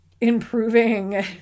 improving